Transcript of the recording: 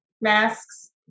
masks